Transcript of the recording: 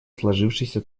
сложившейся